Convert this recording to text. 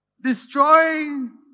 destroying